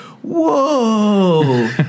whoa